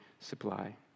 supply